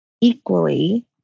equally